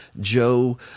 Joe